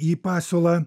jį pasiūlą